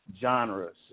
genres